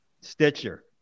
Stitcher